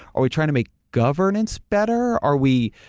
are we trying to make governance better? are we.